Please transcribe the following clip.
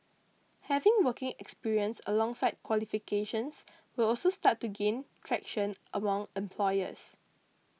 having working experience alongside qualifications will also start to gain traction among employers